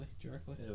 directly